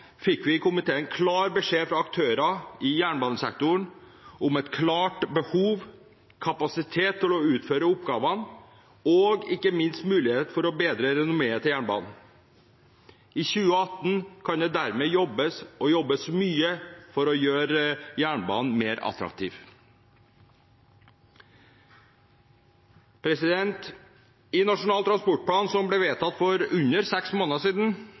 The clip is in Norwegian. fikk vi i komiteen klar beskjed fra aktører i jernbanesektoren om et klart behov: kapasitet til å utføre oppgavene og ikke minst mulighet for å bedre renommeet til jernbanen. I 2018 kan det dermed jobbes – og jobbes mye – for å gjøre jernbanen mer attraktiv. I Nasjonal transportplan, som ble vedtatt for under seks måneder siden,